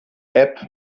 app